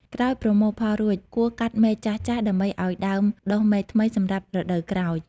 ក្រោយប្រមូលផលរួច គួរកាត់មែកចាស់ៗ ដើម្បីឱ្យដើមដុះមែកថ្មីសម្រាប់រដូវក្រោយ។